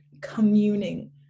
communing